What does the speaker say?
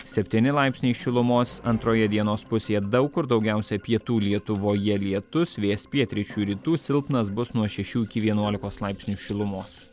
septyni laipsniai šilumos antroje dienos pusėje daug kur daugiausia pietų lietuvoje lietus vėjas pietryčių rytų silpnas bus nuo šešių iki vienuolikos laipsnių šilumos